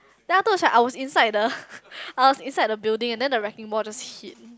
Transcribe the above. ya afterwards right I was inside the I was inside the building and then the wrecking ball just hit